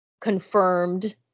confirmed